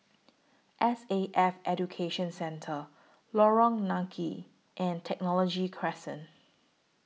S A F Education Centre Lorong Nangka and Technology Crescent